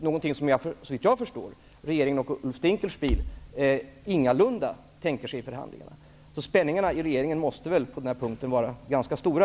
Det är något som, såvitt jag förstår, regeringen och Ulf Dinkelspiel ingalunda tänker sig i förhandlingarna. Spänningarna i regeringen måste väl på den punkten vara ganska stora.